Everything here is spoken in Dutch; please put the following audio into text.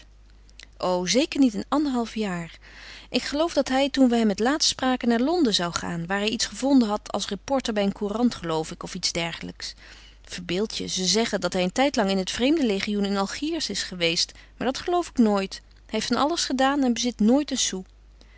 o zeker niet in anderhalf jaar ik geloof dat hij toen we hem het laatst spraken naar londen zou gaan waar hij iets gevonden had als reporter bij een courant geloof ik of iets dergelijks verbeeld je ze zeggen dat hij een tijdlang in het vreemden legioen in algiers is geweest maar dat geloof ik nooit hij heeft van alles gedaan en bezit nooit een sou